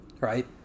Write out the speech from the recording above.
right